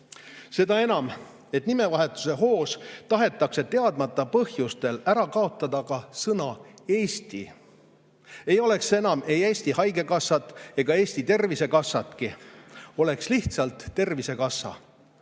Seda enam, et nimevahetuse hoos tahetakse teadmata põhjustel ära kaotada ka sõna "Eesti". Ei oleks enam ei Eesti Haigekassat ega Eesti Tervisekassat, oleks lihtsalt Tervisekassa.